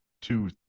two